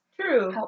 True